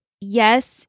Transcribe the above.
yes